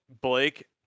Blake